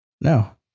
No